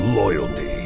loyalty